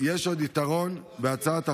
יש עוד יתרון בהצעת החוק,